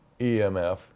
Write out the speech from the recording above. EMF